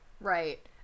Right